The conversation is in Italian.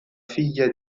figlia